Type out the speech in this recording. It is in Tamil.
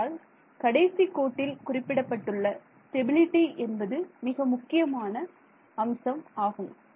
ஆகையால் கடைசி கோட்டில் குறிப்பிடப்பட்டுள்ள ஸ்டெபிலிடி என்பது மிக முக்கியமான அம்சம் ஆகும்